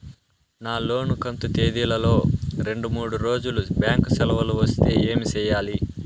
నా లోను కంతు తేదీల లో రెండు మూడు రోజులు బ్యాంకు సెలవులు వస్తే ఏమి సెయ్యాలి?